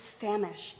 famished